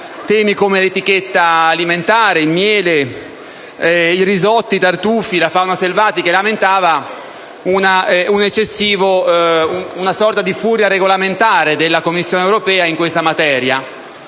temi come l'etichetta alimentare, il miele, i risotti, i tartufi, la fauna selvatica, e lamentava una sorta di furia regolamentare della Commissione europea in questa materia.